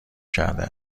کرده